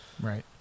Right